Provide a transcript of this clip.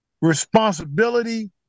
responsibility